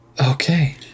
Okay